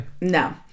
No